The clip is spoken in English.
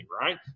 right